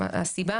שהוא שווה משהו.